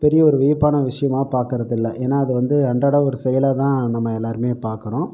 பெரிய ஒரு வியப்பான விஷயமாக பார்க்கறதில்ல ஏன்னால் அதுவந்து அன்றாடம் ஒரு செயலாக தான் நம்ம எல்லாேருமே பார்க்கறோம்